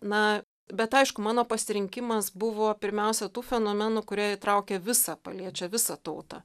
na bet aišku mano pasirinkimas buvo pirmiausia tų fenomenų kurie įtraukia visą paliečia visą tautą